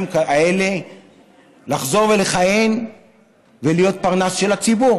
האלה לחזור ולכהן ולהיות פרנס של הציבור: